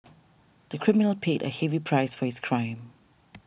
the criminal paid a heavy price for his crime